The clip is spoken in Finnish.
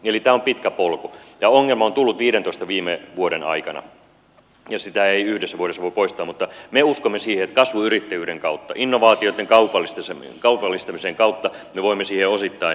tämä on pitkä polku ja ongelma on tullut viidentoista viime vuoden aikana ja sitä ei yhdessä vuodessa voi poistaa mutta me uskomme siihen että kasvuyrittäjyyden kautta innovaatioitten kaupallistamisen kautta me voimme siihen osittain vaikuttaa